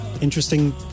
interesting